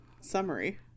summary